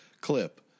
clip